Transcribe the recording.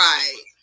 Right